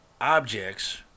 objects